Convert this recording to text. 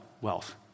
wealth